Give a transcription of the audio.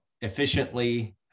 efficiently